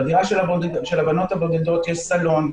בדירה של הבנות הבודדות יש סלון,